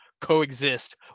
coexist